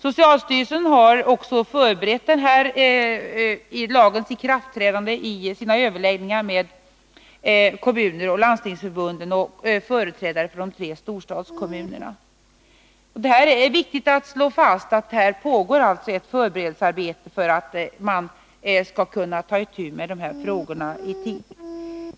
Socialstyrelsen har förberett lagens ikraftträdande genom överläggningar med kommunoch landstingsförbunden samt med företrädare för de tre storstadskommunerna. Det är viktigt att slå fast att det pågår ett förberedelsearbete för att man skall kunna ta itu med frågorna i tid.